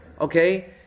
okay